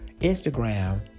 Instagram